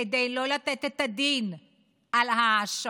כדי לא לתת את הדין על ההאשמות,